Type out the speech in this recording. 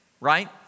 Right